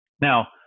Now